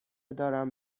دارم